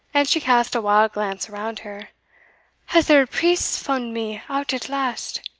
and she cast a wild glance around her has there a priest fund me out at last?